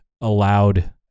allowed